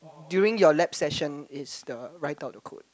during your lab session is the write out the code